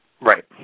Right